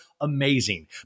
Amazing